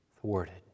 thwarted